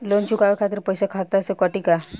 Loan चुकावे खातिर पईसा खाता से कटी का?